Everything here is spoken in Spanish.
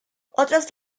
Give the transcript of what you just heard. otras